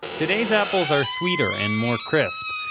today's apples are sweeter and more crisp.